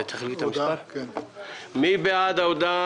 טוב, מי בעד הודעה